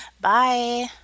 Bye